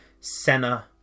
Senna